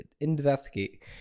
investigate